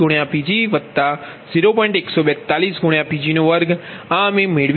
142Pg2 આ અમે મેળવી છે